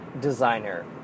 designer